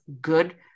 good